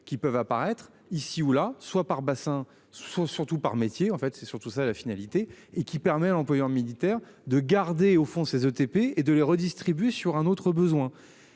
qui peuvent apparaître ici ou là, soit par bassin. Surtout par métier. En fait, c'est surtout ça la finalité et qui permet à l'employeur de militaires de garder au fond ces ETP et de les redistribuer sur un autre besoin